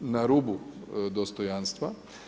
na rubu dostojanstva.